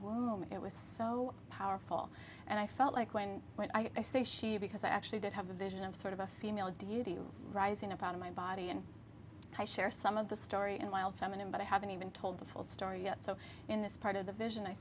womb it was so powerful and i felt like when when i say she because i actually did have a vision of sort of a female duty rising up out of my body and i share some of the story in a while feminine but i haven't even told the full story yet so in this part of the vision i